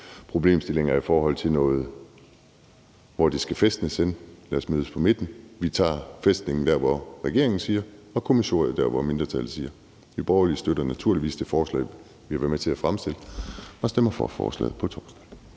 problemstillinger i forhold til noget med, hvor det skal fæstnes henne. Lad os mødes på midten – vi tager fæstnelsen der, hvor regeringen siger det, og kommissoriet der, hvor mindretallet siger det. Nye Borgerlige støtter naturligvis det forslag, vi har været med til at fremsætte, og stemmer for forslaget på torsdag.